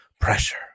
pressure